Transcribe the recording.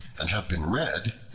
and have been read,